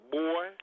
boy